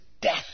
death